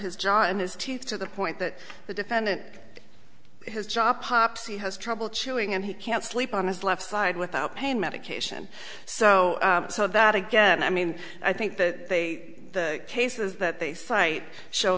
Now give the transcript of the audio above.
his jaw and his teeth to the point that the defendant his job popsy has trouble chewing and he can't sleep on his left side without pain medication so so that again i mean i think that they the cases that they cite show